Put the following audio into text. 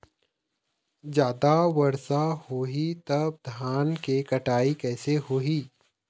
जादा वर्षा होही तब धान के कटाई कैसे होही?